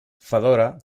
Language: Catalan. fedora